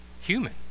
human